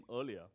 earlier